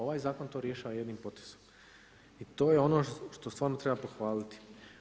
Ovaj Zakon to rješava jednim potezom i to je ono što stvarno treba pohvaliti.